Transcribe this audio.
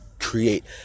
create